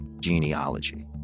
genealogy